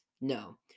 No